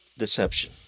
deception